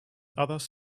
others